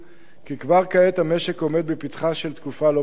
כי כבר כעת המשק עומד בפתחה של תקופה לא פשוטה.